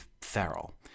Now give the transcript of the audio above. feral